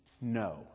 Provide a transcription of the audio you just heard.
No